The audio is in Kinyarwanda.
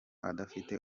adafite